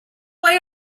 way